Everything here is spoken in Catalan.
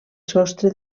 sostre